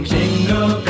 Jingle